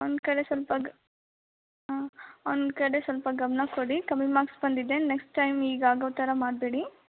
ಅವನ ಕಡೆ ಸ್ವಲ್ಪ ಗ್ ಹಾಂ ಅವನ ಕಡೆ ಸ್ವಲ್ಪ ಗಮನ ಕೊಡಿ ಕಮ್ಮಿ ಮಾರ್ಕ್ಸ್ ಬಂದಿದೆ ನೆಕ್ಸ್ಟ್ ಟೈಮ್ ಹೀಗೆ ಆಗೋ ಥರ ಮಾಡಬೇಡಿ